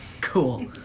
Cool